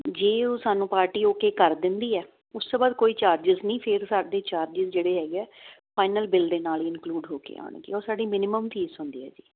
ਜੇ ਉਹ ਸਾਨੂੰ ਪਾਰਟੀ ਓਕੇ ਕਰ ਦਿੰਦੀ ਐ ਉਸ ਤੋਂ ਬਾਅਦ ਕੋਈ ਚਾਰਜਿਸ ਨੀ ਫੇਰ ਸਾਡੇ ਚਾਰਜਿਸ ਜਿਹੜੇ ਹੈਗੇ ਐ ਫਾਈਨਲ ਬਿੱਲ ਦੇ ਨਾਲ ਈ ਇੰਕਲੂਡ ਹੋ ਕੇ ਆਣਗੇ ਉਹ ਸਾਡੀ ਮਿਨੀਮਮ ਫੀਸ ਹੁੰਦੀ ਐ ਜੀ